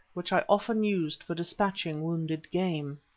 which i often used for despatching wounded game.